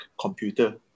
computer